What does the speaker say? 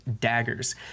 daggers